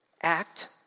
Act